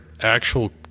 actual